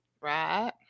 Right